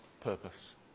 purpose